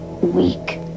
weak